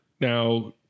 Now